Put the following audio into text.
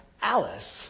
Alice